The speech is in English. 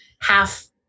half –